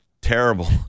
terrible